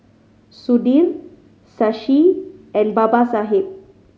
Sudhir Shashi and Babasaheb